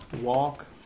walk